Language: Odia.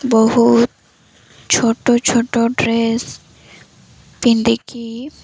ବହୁତ ଛୋଟ ଛୋଟ ଡ୍ରେସ ପିନ୍ଧିକି